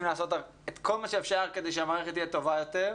לעשות את כל מה שאפשר כדי שהמערכת תהיה טובה יותר.